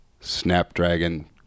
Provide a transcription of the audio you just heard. Snapdragon